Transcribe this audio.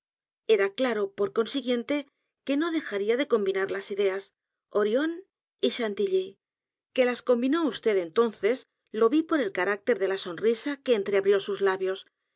era claro por consiguiente que no dejaría de combinar las ideas orion y chantilly que las combinó vd entonces lo vi p o r el carácter de la sonrisa que entreabrió sus labios